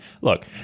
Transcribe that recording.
look